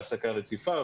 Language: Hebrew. העסקה רציפה,